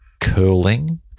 curling